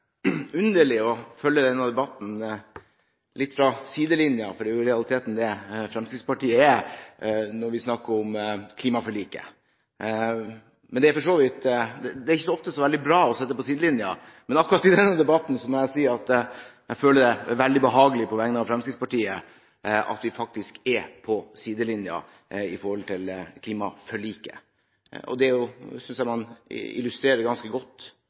Fremskrittspartiet gjør når vi snakker om klimaforliket. Ofte er det ikke så veldig bra å sitte på sidelinjen, men akkurat i denne debatten må jeg si at jeg på vegne av Fremskrittspartiet føler det veldig behagelig at vi faktisk er på sidelinjen i forhold til klimaforliket. Det synes jeg den debatten som føres her i dag mellom forlikspartene, illustrerer ganske godt.